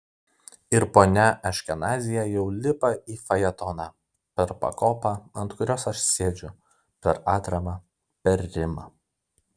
ir ponia aškenazyje jau lipa į fajetoną per pakopą ant kurios aš sėdžiu per atramą per rimą